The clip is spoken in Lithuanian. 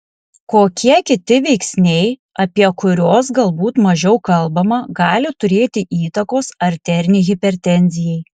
kokie kiti veiksniai apie kurios galbūt mažiau kalbama gali turėti įtakos arterinei hipertenzijai